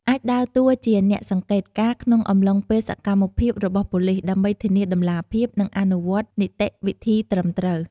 អាចដើរតួជាអ្នកសង្កេតការណ៍ក្នុងអំឡុងពេលសកម្មភាពរបស់ប៉ូលីស ដើម្បីធានាតម្លាភាព និងការអនុវត្តនីតិវិធីត្រឹមត្រូវ។